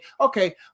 okay